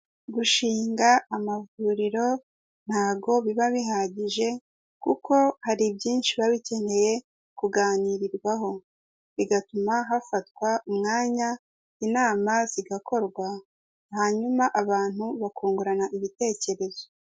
Gushinga amavuriro ntago biba bihagije kuko hari byinshi biba bikeneye kuganirirwaho, bigatuma hafatwa umwanya, inama zigakorwa, hanyuma abantu bakungurana ibitekerezo.